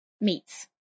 Meats